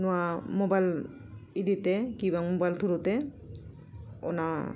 ᱱᱚᱣᱟ ᱢᱳᱵᱟᱭᱤᱞ ᱤᱫᱤᱛᱮ ᱠᱤ ᱵᱟᱝ ᱢᱳᱵᱟᱭᱤᱞ ᱛᱷᱨᱩ ᱛᱮ ᱚᱱᱟ